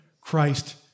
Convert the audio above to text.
Christ